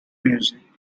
music